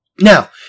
Now